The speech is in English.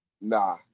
Nah